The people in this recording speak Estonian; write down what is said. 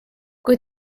kui